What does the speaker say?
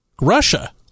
Russia